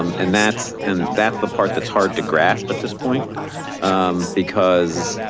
and that's and that's the part that's hard to grasp at this point because